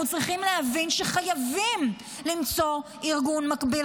אנחנו צריכים להבין שחייבים למצוא ארגון מקביל,